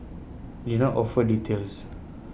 he did not offer details